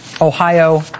Ohio